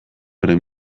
bere